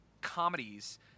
comedies